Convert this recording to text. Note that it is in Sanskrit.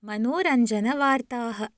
मनोरञ्जनवार्ताः